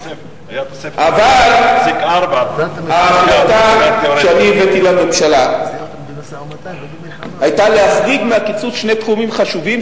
אבל ההחלטה שאני הבאתי לממשלה היתה להחריג מהקיצוץ שני תחומים חשובים,